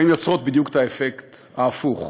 יוצרות בדיוק את האפקט ההפוך: